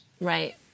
Right